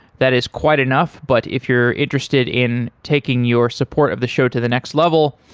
that is quite enough, but if you're interested in taking your support of the show to the next level,